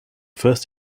first